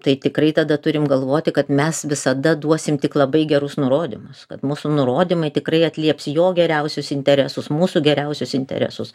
tai tikrai tada turim galvoti kad mes visada duosime tik labai gerus nurodymus kad mūsų nurodymai tikrai atlieps jo geriausius interesus mūsų geriausius interesus